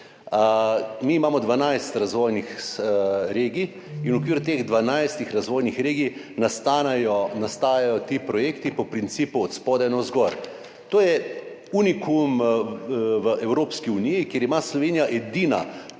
Mi imamo 12 razvojnih regij in v okviru teh 12 razvojnih regij nastajajo ti projekti po principu od spodaj navzgor. To je unikum v Evropski uniji, ker ima Slovenija edina